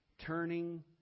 Turning